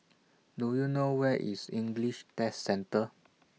Do YOU know Where IS English Test Centre